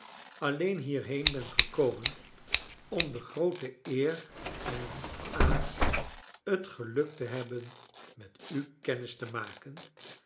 alleen hierheen ben gekomen om de groote eer en ha het geluk te hebben met u kennis te maken